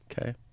okay